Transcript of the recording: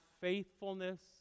faithfulness